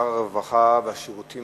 שר הרווחה והשירותים